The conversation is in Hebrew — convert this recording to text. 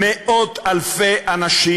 מאות-אלפי אנשים